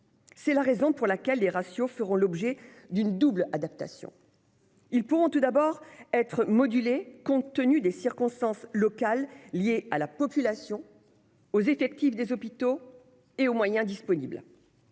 C'est la raison pour laquelle les ratios feront l'objet d'une double adaptation. Ils pourront tout d'abord être modulés pour tenir compte des circonstances locales liées à la population, aux effectifs des hôpitaux et aux moyens disponibles.